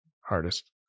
hardest